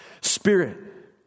Spirit